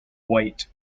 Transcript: white